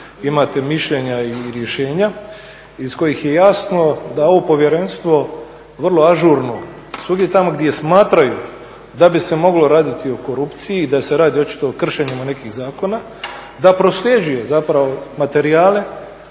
imate mišljenja i rješenja iz kojih je jasno da ovo povjerenstvo vrlo ažurno svugdje tamo gdje smatraju da bi se moglo raditi o korupciji i da se radi o kršenjima nekih zakona da prosljeđuje materijale,